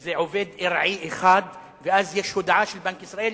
זה עובד ארעי אחד ואז יש הודעה של בנק ישראל,